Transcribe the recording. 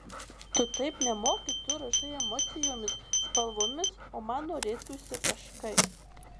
tu taip nemoki tu rašai emocijomis spalvomis o man norėtųsi kažkaip